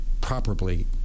properly